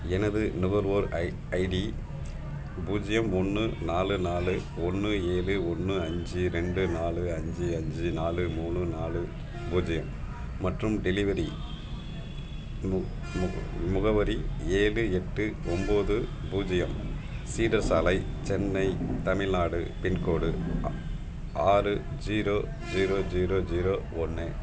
எனது நுகர்வோர் I ID பூஜ்ஜியம் ஒன்று நாலு நாலு ஒன்று ஏழு ஒன்று அஞ்சு ரெண்டு நாலு அஞ்சு அஞ்சு நாலு மூணு நாலு பூஜ்ஜியம் மற்றும் டெலிவரி முகவரி ஏழு எட்டு ஒம்பது பூஜ்ஜியம் சீடர் சாலை சென்னை தமிழ்நாடு பின்கோடு ஆ ஆறு ஜீரோ ஜீரோ ஜீரோ ஜீரோ ஒன்று